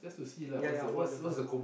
ya ya four hundred plus